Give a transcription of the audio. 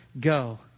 go